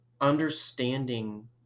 understanding